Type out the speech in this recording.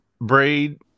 Braid